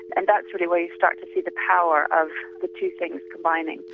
and that's really where you start to see the power of the two things combining.